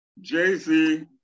Jay-Z